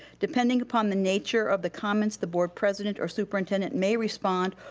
depending upon the nature of the comments, the board president or superintendent may respond,